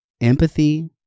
empathy